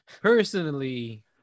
personally